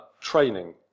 training